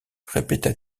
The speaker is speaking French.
répéta